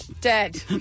Dead